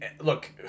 look